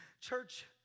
Church